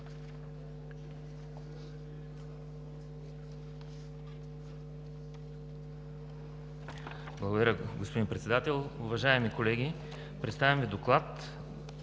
Благодаря, господин Председател. Уважаеми колеги, представям Ви: